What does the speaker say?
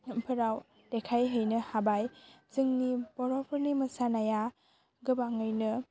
फोराव देखायहैनो हाबाय जोंनि बर'फोरनि मोसानाया गोबाङैनो